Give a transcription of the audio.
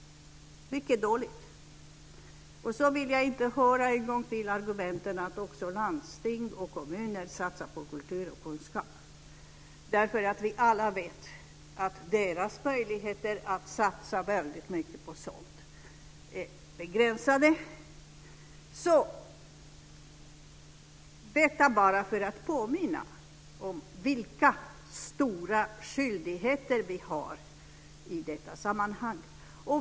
Mycket dåligt. Och jag vill inte ännu en gång höra argumentet att också landsting och kommuner satsar på kultur och kunskap. Vi vet ju alla att deras möjligheter att satsa mycket på sådant är begränsade - detta sagt bara för att påminna om vilka stora skyldigheter vi har i detta sammanhang.